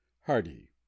hardy